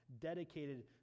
dedicated